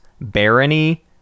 Barony